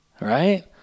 right